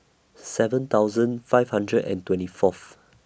seven thousand five hundred and twenty Fourth